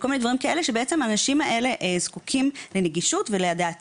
אנשים אלו זקוקים לנגישות ולדעתי